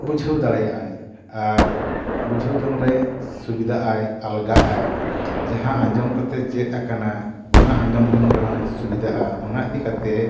ᱵᱩᱡᱷᱟᱹᱣ ᱫᱟᱲᱮᱭᱟᱜᱼᱟᱭ ᱟᱨ ᱵᱩᱡᱷᱟᱹᱣ ᱡᱚᱝ ᱨᱮ ᱥᱩᱵᱤᱫᱟᱜᱼᱟᱭ ᱟᱞᱜᱟᱜᱼᱟᱭ ᱡᱟᱦᱟᱸ ᱟᱸᱡᱚᱢ ᱠᱟᱛᱮᱫ ᱪᱮᱫ ᱟᱠᱟᱱᱟ ᱚᱱᱟ ᱟᱸᱡᱚᱢ ᱡᱚᱝ ᱨᱮ ᱦᱚᱸᱭ ᱥᱩᱵᱤᱫᱟᱜᱼᱟᱭ ᱚᱱᱟ ᱤᱫᱤ ᱠᱟᱛᱮᱫ